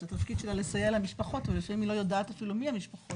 התפקיד שלה לסייע למשפחות ואם היא לא יודעת אפילו מי המשפחות.